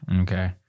Okay